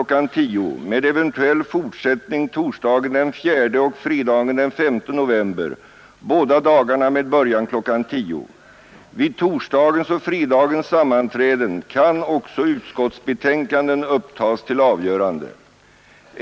10.00 med eventuell fortsättning torsdagen den 4 och fredagen den S november, båda dagarna med början kl. 10.00. Vid torsdagens och fredagens sarhmanträden kan också utskottsbetänkanden upptas till avgörande.